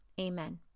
Amen